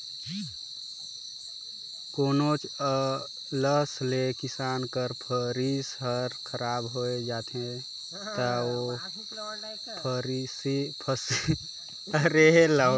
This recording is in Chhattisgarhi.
कोनोच अलहन ले किसान कर फसिल हर खराब होए जाथे ता ओ फसिल में बीमा कवर देहे कर परावधान करल गइस अहे